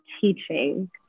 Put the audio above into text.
teaching